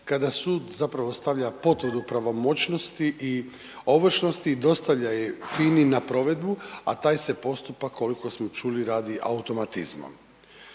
kada sud zapravo stavlja potvrdu pravomoćnosti i ovršnosti i dostavlja je FINA-i na provedbu, a taj se postupak, koliko smo čuli, radi automatizmom.